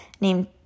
named